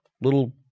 little